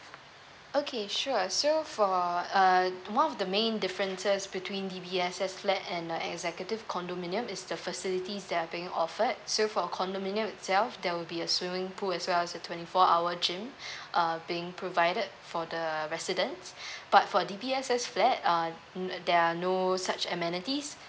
okay sure so for uh one of the main differences between D_B_S_S flat and uh executive condominium is the facilities there are being offered so for condominium itself there will be a swimming pool as well as a twenty four hour gym uh being provided for the residents but for D_B_S_S flat uh there are no such amenities